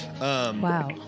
Wow